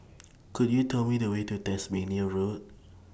Could YOU Tell Me The Way to Tasmania Road